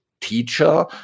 teacher